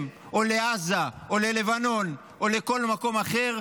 או לעזה או ללבנון או לכל מקום אחר,